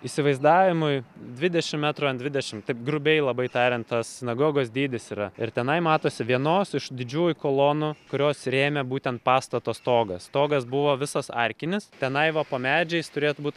įsivaizdavimui dvidešim metrų ant dvidešim taip grubiai labai tariant tas sinagogos dydis yra ir tenai matosi vienos iš didžiųjų kolonų kurios rėmė būtent pastato stogą stogas buvo visas arkinis tenai va po medžiais turėtų būt